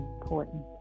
important